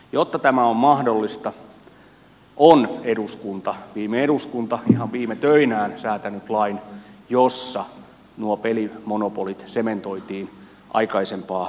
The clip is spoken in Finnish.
jotta tämä on mahdollista on viime eduskunta ihan viime töinään säätänyt lain jossa nuo pelimonopolit sementoitiin aikaisempaa paremmalla tavalla